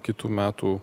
kitų metų